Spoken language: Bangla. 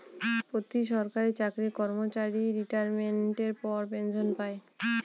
প্রতি সরকারি চাকরি কর্মচারী রিটাইরমেন্টের পর পেনসন পায়